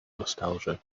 nostalgia